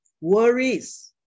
worries